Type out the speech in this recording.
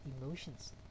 emotions